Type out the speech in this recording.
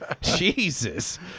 Jesus